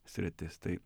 sritis tai